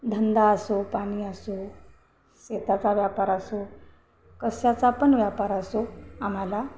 धंदा असो पाणी असो शेताचा व्यापार असो कशाचा पण व्यापार असो आम्हाला